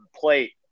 plate